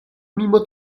mimo